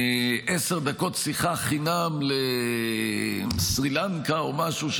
עשר דקות שיחה חינם לסרי לנקה או משהו,